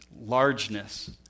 largeness